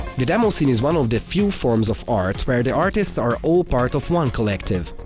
the demoscene is one of the few forms of art where the artists are all part of one collective.